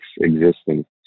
existence